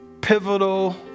pivotal